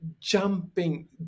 jumping